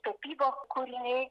tapybos kūriniai